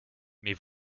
mais